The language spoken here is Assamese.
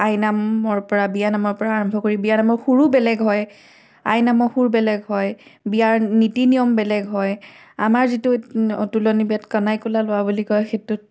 আইনামৰ পৰা বিয়ানামৰ পৰা আৰম্ভ কৰি বিয়ানামৰ সুৰো বেলেগ হয় আইনামৰ সুৰ বেলেগ হয় বিয়াৰ নীতি নিয়ম বেলেগ হয় আমাৰ যিটো তোলনি বিয়াত কানাই কোলা লোৱা বুলি কয় সেইটোত